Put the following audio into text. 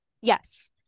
Yes